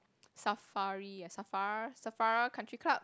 safari ah safar safara country club